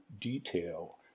detail